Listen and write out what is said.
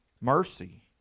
mercy